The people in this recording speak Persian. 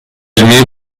علمی